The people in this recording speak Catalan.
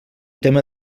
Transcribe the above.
tema